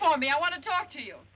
for me i want to talk to you